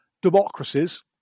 democracies